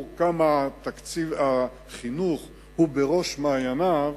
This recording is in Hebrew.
כמה תקציב החינוך הוא בראש מעייניו,